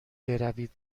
بروید